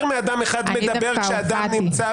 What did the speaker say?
ששוב כאשר החלטה מתקבלת על ידי דרג נבחר